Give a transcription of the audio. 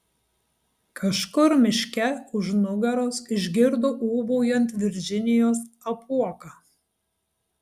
kažkur miške už nugaros išgirdo ūbaujant virdžinijos apuoką